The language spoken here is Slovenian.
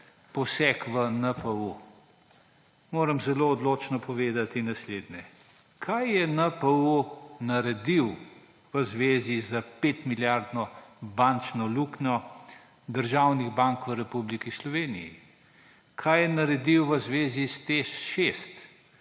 poseg v NPU. Moram zelo odločno povedati naslednje. Kaj je NPU naredil v zvezi s 5-milijardno bančno luknjo državnih bank v Republiki Sloveniji? Kaj je naredil v zvezi s TEŠ 6?